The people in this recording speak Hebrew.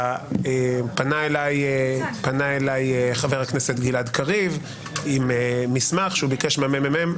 פנה אליי חבר הכנסת גלעד קריב עם מסמך שהוא ביקש מהממ"מ,